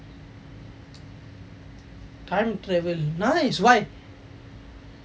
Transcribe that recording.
time travel nice why